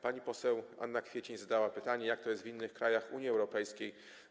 Pani poseł Anna Kwiecień zadała pytanie, jak to jest w innych krajach Unii Europejskiej.